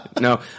No